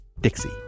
Dixie